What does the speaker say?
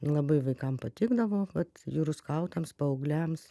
labai vaikam patikdavo vat jūrų skautams paaugliams